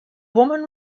woman